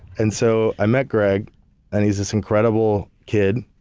and so i met greg and he's this incredible kid,